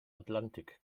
atlantik